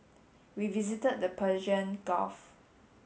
we visited the Persian Gulf